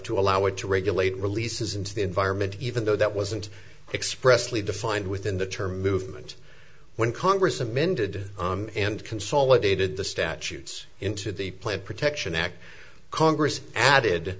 to allow it to regulate releases into the environment even though that wasn't expressly defined within the term movement when congress amended and consolidated the statutes into the plant protection act congress added